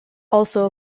also